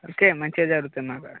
okay మంచిగా జరుగుతాయి మా దగ్గర